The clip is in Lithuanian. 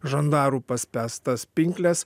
žandarų paspęstas pinkles